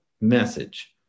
message